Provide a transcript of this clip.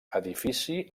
edifici